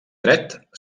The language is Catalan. dret